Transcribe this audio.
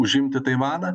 užimti taivaną